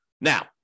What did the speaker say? Now